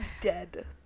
dead